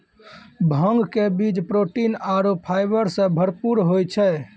भांग के बीज प्रोटीन आरो फाइबर सॅ भरपूर होय छै